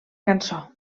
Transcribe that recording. cançó